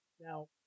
Now